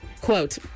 quote